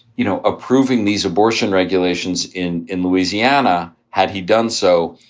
you know, approving these abortion regulations in in louisiana. had he done so,